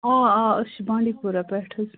آ آ أسۍ چھِ بانٛڈی پورہ پٮ۪ٹھٕ حظ